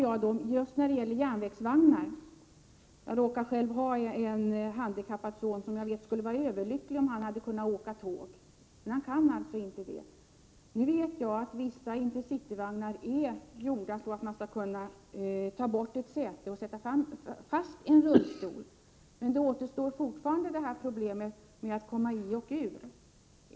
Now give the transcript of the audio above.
Jag råkar själv ha en handikappad son, som skulle vara överlycklig om han hade kunnat åka tåg, men han kan alltså inte det. Nu vet jag att vissa intercityvagnar är gjorda så att man skall kunna ta bort ett säte och sätta fast en rullstol, men fortfarande återstår problemet att komma i och ur.